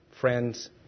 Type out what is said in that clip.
friends